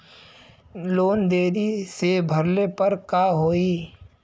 Loan देरी से भरले पर का होई?